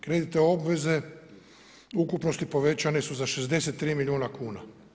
Kreditne obveze u ukupnosti povećane su za 63 milijuna kuna.